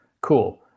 Cool